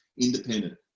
independent